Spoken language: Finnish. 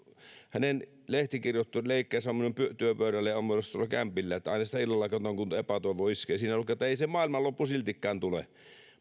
lehtikirjoitusleike on minun työpöydälläni ja myös tuolla kämpillä aina sitä illalla katson kun epätoivo iskee siinä lukee että ei se maailmanloppu siltikään tule